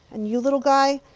and you, little guy,